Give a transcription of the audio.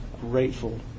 grateful